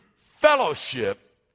fellowship